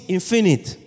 infinite